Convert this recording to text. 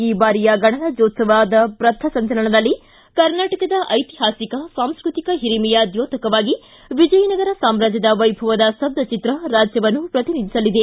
ಈ ಬಾರಿಯ ಗಣರಾಜ್ಯೋತ್ಸವ ಪಥಸಂಚಲನದಲ್ಲಿ ಕರ್ನಾಟಕದ ಐತಿಹಾಸಿಕ ಸಾಂಸ್ಕೃತಿಕ ಹಿರಿಮೆಯ ದ್ಯೋತಕವಾಗಿ ವಿಜಯನಗರ ಸಾಮ್ರಾಜ್ಯದ ವೈಭವದ ಸ್ಥಬ್ಧಚಿತ್ರ ರಾಜ್ಯವನ್ನು ಪ್ರತಿನಿಧಿಸಲಿದೆ